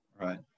right